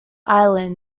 ireland